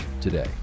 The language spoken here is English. today